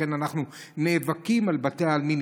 לכן אנחנו נאבקים על בתי העלמין.